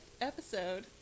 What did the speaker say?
episode